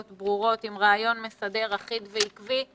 ברורות עם רעיון מסדר אחיד ועקבי.